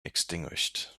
extinguished